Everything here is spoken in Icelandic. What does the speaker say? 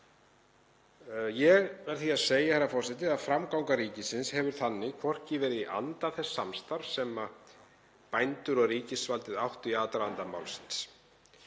Ég verð því að segja, herra forseti, að framganga ríkisins hefur þannig ekki verið í anda þess samstarfs sem bændur og ríkisvaldið áttu í aðdraganda málsins.